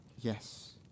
Yes